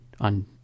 on